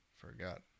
forgot